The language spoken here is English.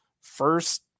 first